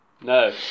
No